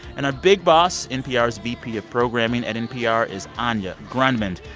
and our big boss, npr's vp of programming at npr, is anya grundmann.